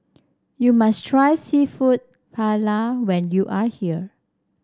you must try seafood Paella when you are here